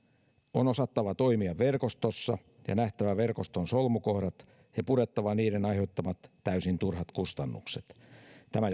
on osattava toimia verkostossa ja nähtävä verkoston solmukohdat ja purettava niiden aiheuttamat täysin turhat kustannukset tämä